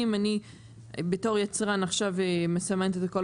אם אני בתור יצרן עכשיו מסמנת את הכל